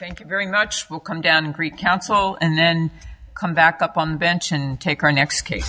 thank you very much will come down creek counsel and then come back up on the bench and take our next case